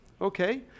Okay